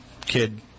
kid